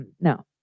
No